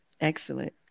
Excellent